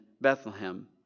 Bethlehem